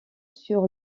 sur